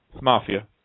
Mafia